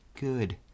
good